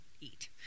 eat